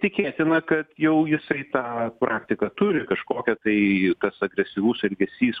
tikėtina kad jau jisai tą praktiką turi kažkokią tai kas agresyvus elgesys